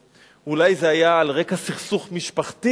אולי זה היה על רקע סכסוך משפטי.